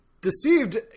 deceived